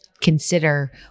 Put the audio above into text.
consider